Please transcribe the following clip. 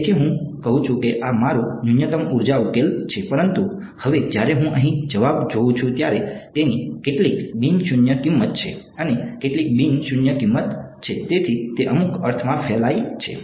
તેથી હું કહું છું કે આ મારું ન્યૂનતમ ઉર્જા ઉકેલ છે પરંતુ હવે જ્યારે હું અહીં જવાબ જોઉં છું ત્યારે તેની કેટલીક બિન શૂન્ય કિંમત છે અને કેટલીક બિન શૂન્ય કિંમત છે તેથી તે અમુક અર્થમાં ફેલાય છે